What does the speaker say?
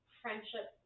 friendship